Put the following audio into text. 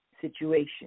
situation